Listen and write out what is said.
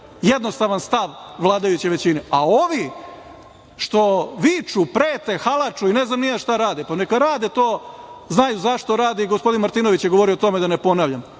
jednostavan stav vladajuće većine. Ovi što viču, prete, halaču, ne znam ni ja šta rade, neka rade to, znaju to zašto rade i gospodin Martinović je rekao, da ne ponavljam.